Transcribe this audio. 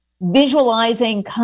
visualizing